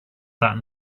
that